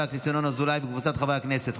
הכנסת ינון אזולאי וקבוצת חברי הכנסת,